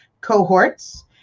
cohorts